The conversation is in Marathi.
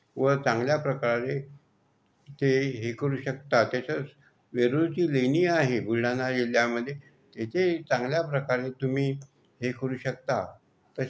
व चांगल्या प्रकारे ते हे करू शकतात तसेच वेरूळची लेणी आहे बुलढाणा जिल्ह्यामध्ये तेथे चांगल्या प्रकारे तुम्ही हे करू शकता तसेच